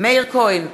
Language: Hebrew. מאיר כהן,